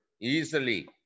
easily